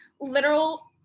literal